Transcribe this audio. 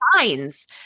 signs